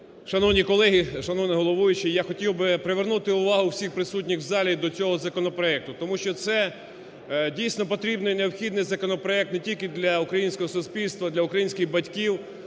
Шановні колеги, шановний головуючий, я хотів би привернути увагу всіх присутніх в залі до цього законопроекту, тому що це, дійсно, потрібний і необхідний законопроект не тільки для українського суспільства, для українських батьків,